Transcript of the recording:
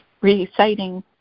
reciting